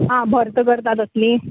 आं भर्त करता तसली